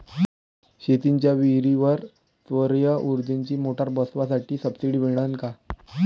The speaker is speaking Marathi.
शेतीच्या विहीरीवर सौर ऊर्जेची मोटार बसवासाठी सबसीडी मिळन का?